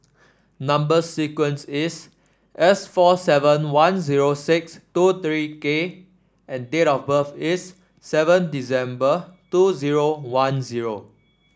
number sequence is S four seven one zero six two three K and date of birth is seven December two zero one zero